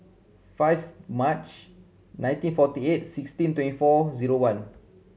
five March nineteen forty eight sixteen twenty four zero one